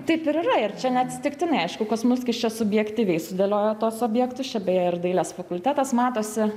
taip ir yra ir čia neatsitiktinai aišku kosmulskis čia subjektyviai sudėliojo tuos objektus čia beje ir dailės fakultetas matosi